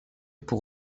pour